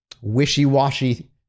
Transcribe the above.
wishy-washy